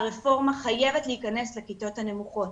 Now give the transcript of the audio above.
הרפורמה חייבת להכנס לכיתות הנמוכות.